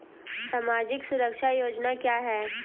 सामाजिक सुरक्षा योजना क्या है?